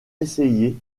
essayé